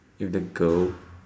if the girl